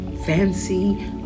fancy